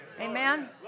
Amen